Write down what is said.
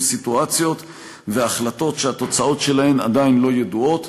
סיטואציות והחלטות שהתוצאות שלהן עדיין לא ידועות.